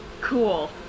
Cool